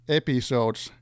episodes